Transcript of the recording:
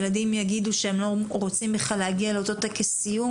הילדים יגידו שהם לא רוצים בכלל להגיע לאותו טקס סיום,